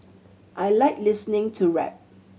I like listening to rap